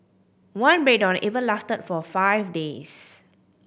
one breakdown even lasted for five days